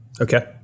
Okay